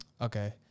Okay